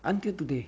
until today